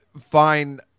fine